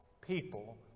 people